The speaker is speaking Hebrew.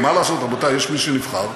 מה לעשות, רבותי, יש מי שנבחר.